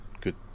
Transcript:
good